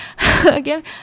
Again